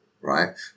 right